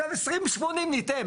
עכשיו 20 80 ניתן.